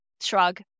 Shrug